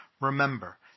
Remember